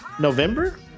November